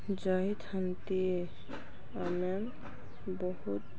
ଯାଇଥାନ୍ତି ଆମେ ବହୁତ୍